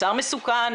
מוצר מסוכן,